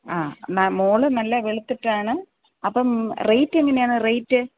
ആ മാം മോൾ നല്ല വെളുത്തിട്ടാണ് അപ്പം റേറ്റ് എങ്ങനെയാണ് റേറ്റ്